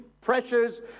pressures